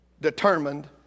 Determined